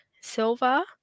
silver